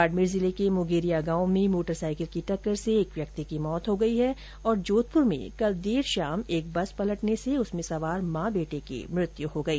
बाडमेर जिले के मुगेरिया गांव में मोटरसाईकिल की टक्कर से एक व्यक्ति की मौत हो गई और जोधपुर में कल देर शाम बस पलटने से उसमे सवार मां बेटे की मौत हो गई